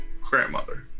grandmother